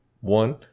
One